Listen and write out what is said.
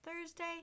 Thursday